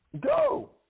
Go